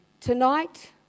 Tonight